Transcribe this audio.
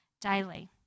daily